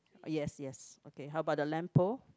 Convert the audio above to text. yes yes okay how about the lamp pole